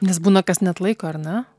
nes būna kas neatlaiko ar ne